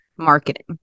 marketing